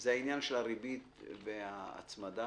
הוא עניין הריבית וההצמדה.